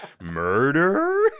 Murder